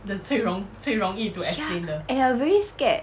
ya and I very scared